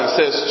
says